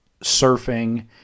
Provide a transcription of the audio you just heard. surfing